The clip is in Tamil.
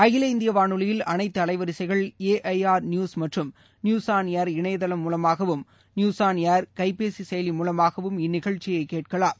அகில இந்திய வானொலியில் அனைத்து அலைவரிசைகள் ஏஐஆர் நியூஸ் மற்றும் நியூஸ் ஆன் ஏர் இணையதளம் மூலமாகவும் நியூஸ் ஆள் ஏர் கைபேசி செயலி மூலமாகவும் இந்நிகழ்ச்சியய கேட்கலாம்